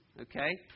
okay